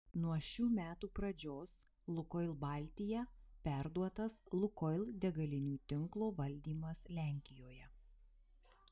nuo šių metų pradžios lukoil baltija perduotas lukoil degalinių tinklo valdymas lenkijoje